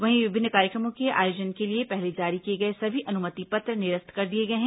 वहीं विभिन्न कार्यक्रमों के आयोजन के लिए पहले जारी किए गए सभी अनुमति पत्र निरस्त कर दिए गए हैं